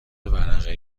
ورقه